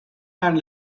and